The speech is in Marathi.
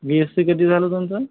बी एस्सी कधी झालं तुमचं